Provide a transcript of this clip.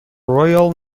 royal